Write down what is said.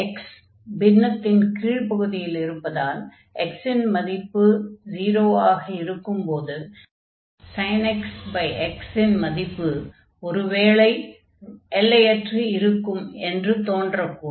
x பின்னத்தின் கீழ் பகுதியில் இருப்பதால் x இன் மதிப்பு 0 ஆக இருக்கும் போது x xஇன் மதிப்பு ஒருவேளை எல்லையற்று இருக்கும் என்று தோன்றக்கூடும்